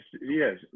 yes